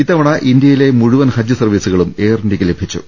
ഇത്തവണ ഇന്തൃയിലെ മുഴുവൻ ഹജ്ജ് സർവ്വീസുകളും എയർ ഇന്ത്യക്ക് ലഭിച്ചു